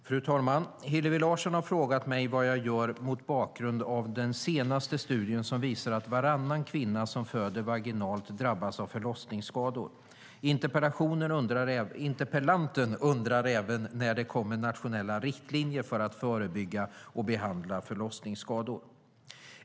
Fru talman! Hillevi Larsson har frågat mig vad jag gör mot bakgrund av den senaste studien som visar att varannan kvinna som föder vaginalt drabbas av förlossningsskador. Interpellanten undrar även när det kommer nationella riktlinjer för att förebygga och behandla förlossningsskador.